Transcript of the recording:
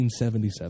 1977